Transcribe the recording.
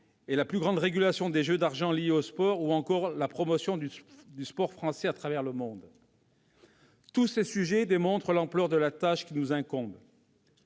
plus grande régulation des jeux d'argents liés au sport ou encore promotion du français à travers le monde. Tous ces sujets montrent l'ampleur de la tâche qui nous incombe,